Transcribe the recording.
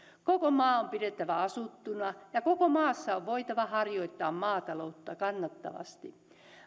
koko maa on pidettävä asuttuna ja koko maassa on voitava harjoittaa maataloutta kannattavasti